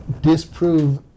disprove